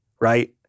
right